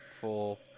full